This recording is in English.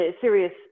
serious